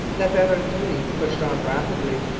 la verendrye pushed on rapidly,